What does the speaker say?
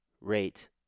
rate